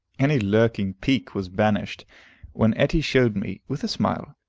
any lurking pique was banished when etty showed me, with a smile,